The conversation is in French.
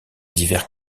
divers